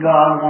God